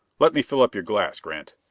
let me fill up your glass, grant.